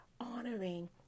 honoring